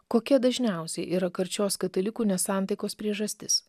kokie dažniausiai yra karčios katalikų nesantaikos priežastis